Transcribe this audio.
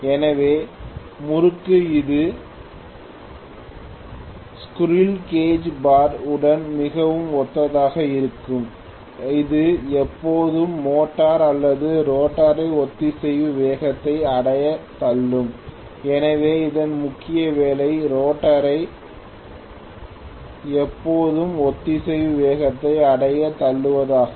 எனவே முறுக்கு இது ஸ்குறில் கேஜ் பார் உடன் மிகவும் ஒத்ததாக இருக்கும் இது எப்போதும் மோட்டார் அல்லது ரோட்டரை ஒத்திசைவு வேகத்தை அடைய தள்ளும் எனவே அதன் முக்கிய வேலை ரோட்டரை எப்போதும் ஒத்திசைவு வேகத்தை அடைய தள்ளுவதாகும்